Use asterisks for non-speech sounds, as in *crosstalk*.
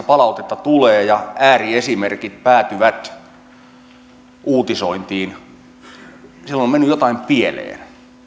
*unintelligible* palautetta tulee ja mistä ääriesimerkit päätyvät uutisointiin silloin on mennyt jotain pieleen